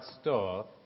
store